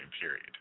period